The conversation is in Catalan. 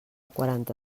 quaranta